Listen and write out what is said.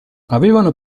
avevano